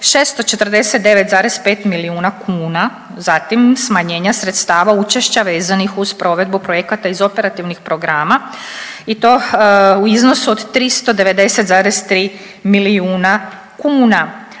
649,5 milijuna kuna, zatim smanjenja sredstava učešća vezanih uz provedbu projekata iz operativnih programa i to u iznosu od 390,3 milijuna kuna,